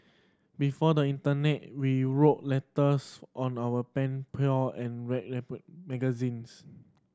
before the internet we wrote letters on our pen pal and read magazines